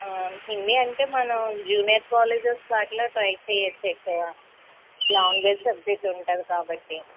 హిందీ అంటే మనం junior colleges వాటిలో ట్రై చేయచ్చు ఎక్కువ లాంగ్వేజ్ సబ్జెక్టు ఉంటుంది కాబట్టి